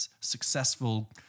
successful